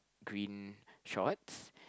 green shorts